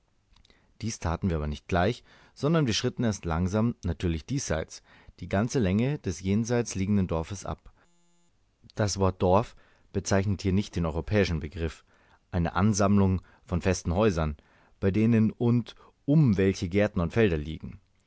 dies taten wir aber nicht gleich sondern wir schritten erst langsam natürlich diesseits die ganze länge des jenseits liegenden dorfes ab das wort dorf bezeichnet hier nicht den europäischen begriff eine ansammlung von festen häusern bei denen und um welche gärten und felder liegen